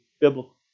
biblical